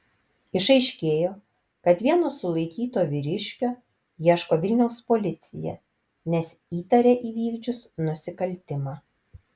išaiškėjo kad vieno sulaikyto vyriškio ieško vilniaus policija nes įtaria įvykdžius nusikaltimą